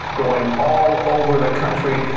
going all over the country,